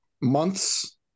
months